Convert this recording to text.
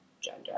gender